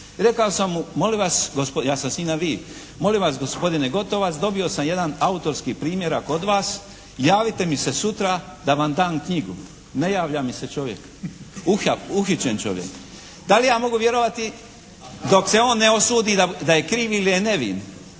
njim na vi. "Molim vas gospodine Gotovac dobio sam jedan autorski primjerak od vas, javite mi se sutra da vam dam knjigu." Ne javlja mi se čovjek. Uhićen čovjek. Da li ja mogu vjerovati dok se on ne osudi da je kriv ili je nevin?